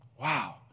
Wow